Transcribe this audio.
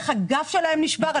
איך הגב שלהן נשבר.